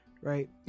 right